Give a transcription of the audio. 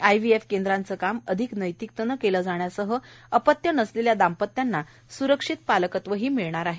IVF केंद्रांचे काम अधिक नैतिकतेने केले जाण्यासह अपत्य नसलेल्या दाम्पत्यान्ंना स्रक्षित पालकत्व मिळणार आहे